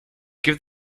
give